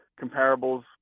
comparables